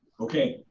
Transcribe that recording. okay,